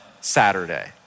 Saturday